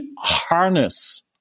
harness